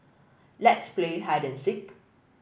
let's play hide and seek